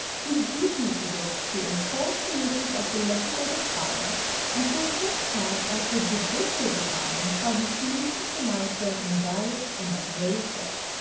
whose duty it is to enforce the wishes of the legislative power until such time as the judicial department shall be pleased to pronounce them invalid and of no effect.